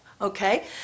Okay